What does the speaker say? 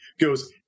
goes